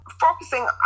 focusing